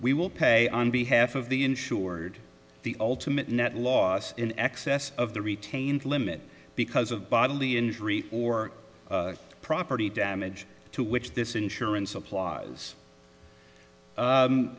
we will pay on behalf of the insured the ultimate net loss in excess of the retained limit because of bodily injury or property damage to which this insurance applies